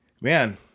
man